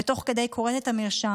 ותוך כדי היא קוראת את המרשם,